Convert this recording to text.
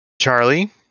Charlie